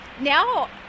now